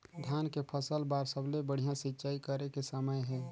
धान के फसल बार सबले बढ़िया सिंचाई करे के समय हे?